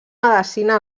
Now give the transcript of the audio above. medecina